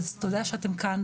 אז תודה שאתם כאן,